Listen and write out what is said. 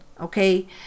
okay